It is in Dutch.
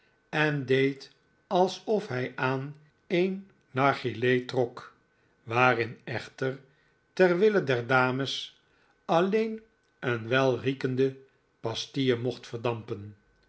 en deed alsof hij aan een nargileh trok waarin echter ter wille der dames alleen een welriekende pastille mocht verdampen